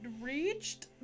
reached